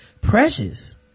Precious